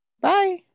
bye